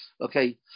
Okay